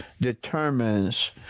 determines